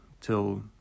till